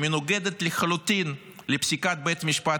שמנוגדת לחלוטין לפסיקת בית המשפט